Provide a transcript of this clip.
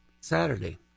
Saturday